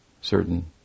certain